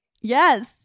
Yes